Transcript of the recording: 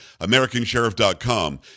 americansheriff.com